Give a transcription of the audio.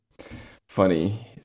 funny